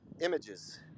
images